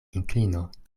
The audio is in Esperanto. inklino